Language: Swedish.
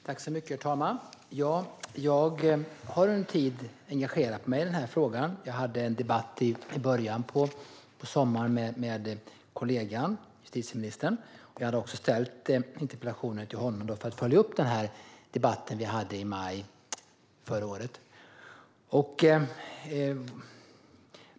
Herr talman! Jag har under en tid engagerat mig i den här frågan. Jag hade en debatt i början av sommaren med justitieministern. Jag ställde därför interpellationen till honom för att följa upp debatten som vi hade i maj förra året.